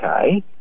okay